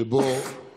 שבהם